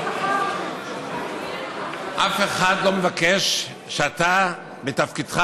אף אחד לא מבקש שאתה בתפקידך,